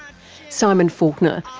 simon faulkner,